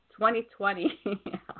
2020